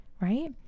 right